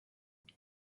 quel